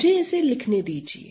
मुझे इसे लिखने दीजिए